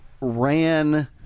ran